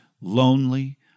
lonely